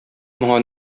моңа